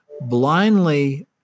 blindly